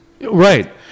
right